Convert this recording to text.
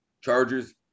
Chargers